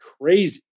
crazy